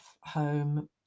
home